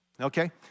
okay